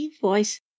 voice